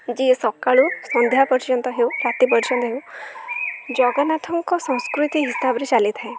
ଯିଏ ସକାଳୁ ସନ୍ଧ୍ୟା ପର୍ଯ୍ୟନ୍ତ ହେଉ ରାତି ପର୍ଯ୍ୟନ୍ତ ହେଉ ଜଗନ୍ନାଥଙ୍କ ସଂସ୍କୃତି ହିସାବରେ ଚାଲିଥାଏ